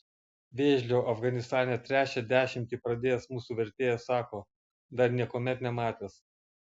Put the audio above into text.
vėžlio afganistane trečią dešimtį pradėjęs mūsų vertėjas sako dar niekuomet nematęs